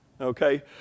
Okay